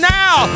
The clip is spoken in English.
now